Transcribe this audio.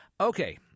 Okay